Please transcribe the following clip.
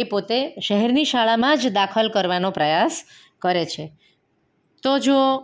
એ પોતે શહેરની શાળામાં જ દાખલ કરવાનો પ્રયાસ કરે છે તો જુઓ